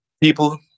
People